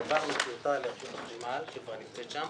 העברנו טיוטה לרשות החשמל, שכבר נמצאת שם.